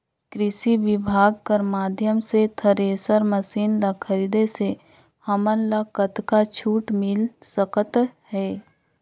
कृषि विभाग कर माध्यम से थरेसर मशीन ला खरीदे से हमन ला कतका छूट मिल सकत हे?